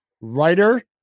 writer